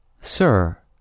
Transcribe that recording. Sir